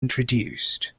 introduced